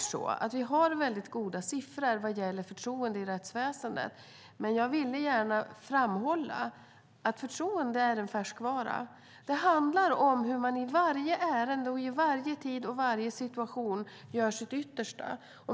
Vi har nämligen goda siffror vad gäller förtroendet för rättsväsendet. Men jag ville gärna framhålla att förtroende är en färskvara. Det handlar om hur man i varje ärende, i varje tid och i varje situation gör sitt yttersta.